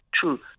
true